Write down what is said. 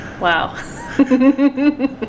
Wow